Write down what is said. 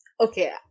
Okay